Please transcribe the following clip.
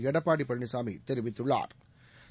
எடப்பாடி பழனிசாமி தெரிவித்துள்ளாா்